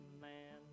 man